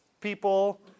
people